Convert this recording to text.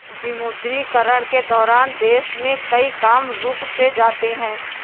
विमुद्रीकरण के दौरान देश में कई काम रुक से जाते हैं